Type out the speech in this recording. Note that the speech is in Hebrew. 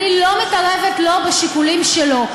אני לא מתערבת לו בשיקולים שלו.